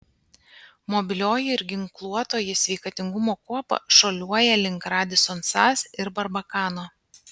mobilioji ir ginkluotoji sveikatingumo kuopa šuoliuoja link radisson sas ir barbakano